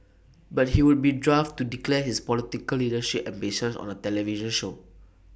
but he would be daft to declare his political leadership ambitions on the television show